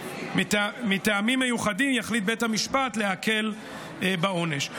מטעמים מיוחדים יחליט בית המשפט להקל בעונש.